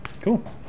Cool